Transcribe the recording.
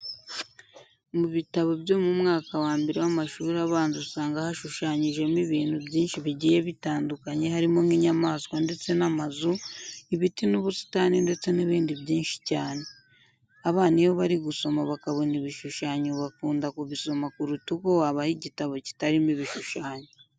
Mu bitabo byo mu mwaka wa mbere w'amashuri abanza usanga hashushanyijemo ibintu byinshi bigiye bitandukanye harimo nk'inyamaswa ndetse n'amazu, ibiti n'ubusitani ndetse n'ibindi byinshi cyane. Abana iyo bari gusoma bakabona ibishushanyo bakunda kubisoma kuruta uko wabaha igitabo kitarimo ibishushanyo.